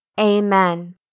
Amen